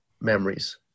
memories